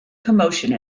commotion